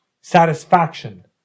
satisfaction